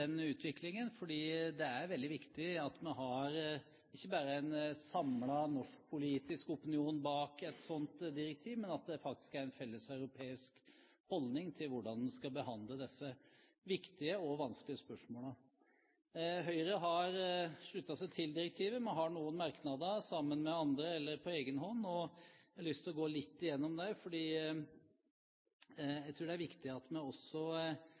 den utviklingen, for det er veldig viktig at vi har ikke bare en samlet norsk politisk opinion bak et slikt direktiv, men at det faktisk er en felles europeisk holdning til hvordan en skal behandle disse viktige og vanskelige spørsmålene. Høyre har sluttet seg til direktivet. Vi har noen merknader sammen med andre og på egen hånd. Jeg har lyst til å gå litt igjennom disse, for jeg tror det er viktig at vi også